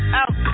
out